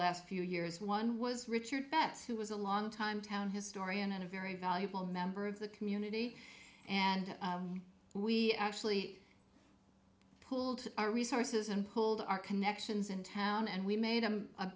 last few years one was richard betts who was a long time town historian and a very valuable member of the community and we actually pulled our resources and pulled our connections in town and we made